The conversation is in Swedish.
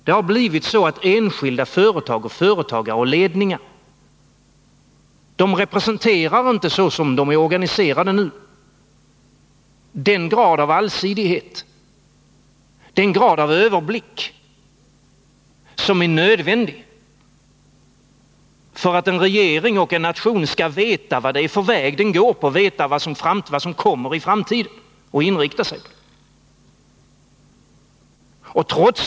Det har blivit så att enskilda företag och företagsledningar såsom de nu är organiserade inte representerar den grad av allsidighet och överblick som är nödvändig för att en regering och en nation skall veta vad det är för väg den går och vad det är som kommer i framtiden och inrikta sig därefter.